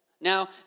Now